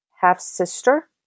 half-sister